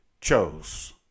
chose